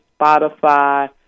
spotify